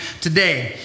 today